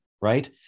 right